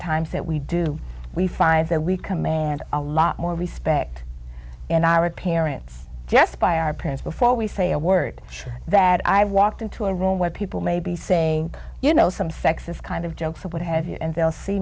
times that we do we find that we command a lot more respect and our parents just by our parents before we say a word sure that i walked into a room where people may be saying you know some sex is kind of joke from what have you and they'll see